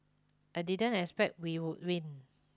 I didn't expect we would win